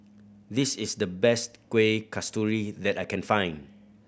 this is the best Kueh Kasturi that I can find